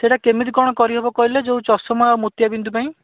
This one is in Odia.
ସେଟା କେମିତି କ'ଣ କରିହେବ କହିଲେ ଯୋଉ ଚଷମା ଆଉ ମୋତିଆବିନ୍ଦୁ ପାଇଁ